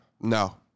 No